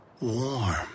warm